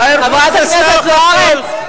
חברת הכנסת זוארץ.